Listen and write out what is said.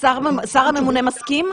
אז השר הממונה מסכים?